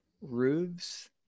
roofs